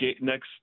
next